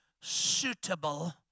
suitable